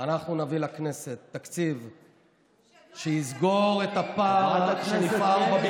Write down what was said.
שישטוף את הפה שלו,